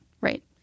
Right